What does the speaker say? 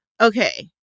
Okay